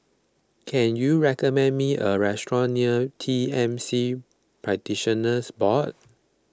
can you recommend me a restaurant near T M C Practitioners Board